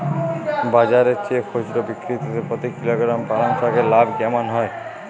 বাজারের চেয়ে খুচরো বিক্রিতে প্রতি কিলোগ্রাম পালং শাকে লাভ কেমন হয়?